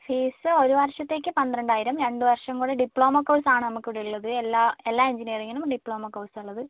fees ഒരു വർഷത്തേക്ക് പന്ത്രണ്ടായിരം രണ്ട് വർഷം കൂടി ഡിപ്ലോമ കോഴ്സാണ് നമുക്കിവിടെ ഉള്ളത് എല്ലാ എല്ലാ എഞ്ചിനിയറിങ്ങിനും ഡിപ്ലോമ കോഴ്സാണ് ഉള്ളത്